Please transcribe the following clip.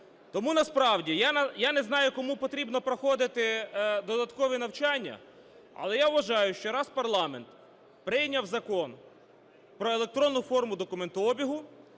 Тому насправді я не знаю, кому потрібно проходити додаткове навчання, але я вважаю, що раз парламент прийняв Закон про електронну форму документообігу,